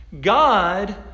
God